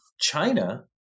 China